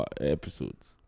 episodes